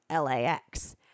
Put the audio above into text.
lax